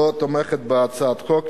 לא תומכת בהצעת החוק.